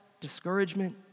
Discouragement